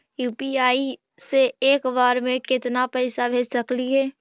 UPI से एक बार मे केतना पैसा भेज सकली हे?